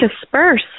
disperse